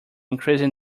increasing